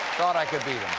thought i could beat